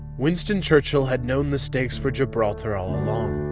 winston churchill had known the stakes for gibraltar all along.